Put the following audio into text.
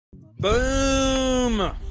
Boom